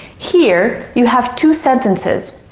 here, you have two sentences,